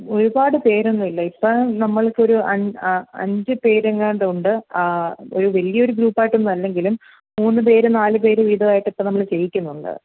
ഒരുപാട് പേരൊന്നും ഇല്ല ഇപ്പം നമ്മളിപ്പം ഒരു അഞ്ച് പേരെങ്ങാണ്ടോ ഉണ്ട് ഒരു വലിയ ഒരു ഗ്രൂപ്പ് ആയിട്ടൊന്നും അല്ലെങ്കിലും മൂന്ന് പേര് നാല് പേര് വീതമായിട്ട് ഇപ്പം നമ്മൾ ചെയ്യിക്കുന്നുണ്ട്